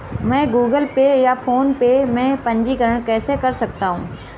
मैं Google Pay या फोनपे में पंजीकरण कैसे कर सकता हूँ?